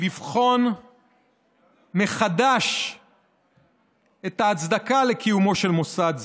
לבחון מחדש את ההצדקה לקיומו של מוסד זה,